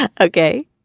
Okay